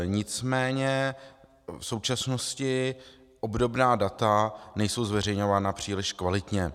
Nicméně v současnosti obdobná data nejsou zveřejňována příliš kvalitně.